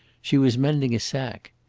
she was mending a sack.